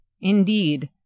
Indeed